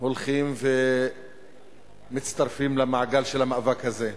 הולכים ומצטרפים למעגל של המאבק הזה.